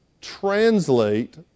translate